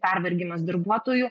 pervargimas darbuotojų